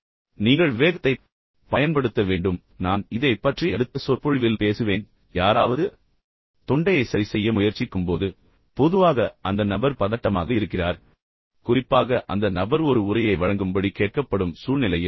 எனவே நீங்கள் விவேகத்தைப் பயன்படுத்த வேண்டும் நான் இதைப் பற்றி அடுத்த சொற்பொழிவில் பேசுவேன் ஆனால் இப்போது யாராவது தொண்டையை சரி செய்ய முயற்சிக்கும்போது பொதுவாக அந்த நபர் பதட்டமாக இருக்கிறார் குறிப்பாக அந்த நபர் ஒரு உரையை வழங்கும்படி கேட்கப்படும் சூழ்நிலையில்